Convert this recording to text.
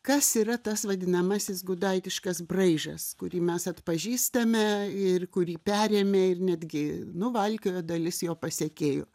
kas yra tas vadinamasis gudaitiškas braižas kurį mes atpažįstame ir kurį perėmė ir netgi nuvalkiojo dalis jo pasekėjų